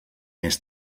més